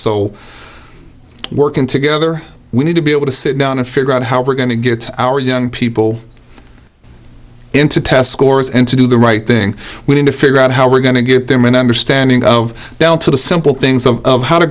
so working together we need to be able to sit down and figure out how we're going to get our young people into test scores and to do the right thing we need to figure out how we're going to get them an understanding of down to the simple things of how to